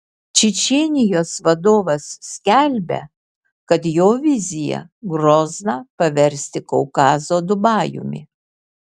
čečėnijos vadovas skelbia kad jo vizija grozną paversti kaukazo dubajumi